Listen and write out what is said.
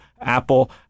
Apple